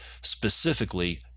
specifically